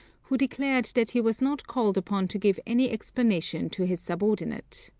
who declared that he was not called upon to give any explanation to his subordinate.